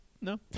No